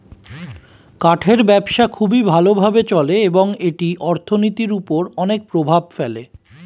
কাঠের ব্যবসা খুবই ভালো ভাবে চলে এবং এটি অর্থনীতির উপর অনেক প্রভাব ফেলে